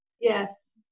Yes